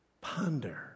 Ponder